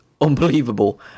unbelievable